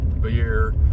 Beer